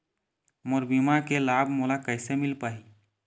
मोर बीमा के लाभ मोला कैसे मिल पाही?